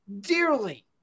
dearly